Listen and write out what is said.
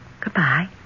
goodbye